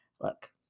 Look